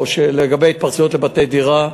לגבי התפרצויות לבתי-דירות,